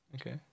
Okay